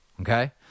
okay